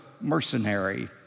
mercenary